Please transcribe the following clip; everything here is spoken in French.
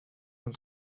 cent